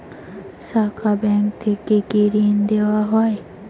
শাখা ব্যাংক থেকে কি ঋণ দেওয়া হয়?